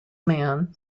man